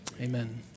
amen